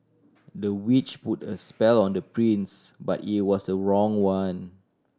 the witch put a spell on the prince but it was the wrong one